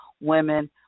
Women